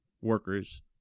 workers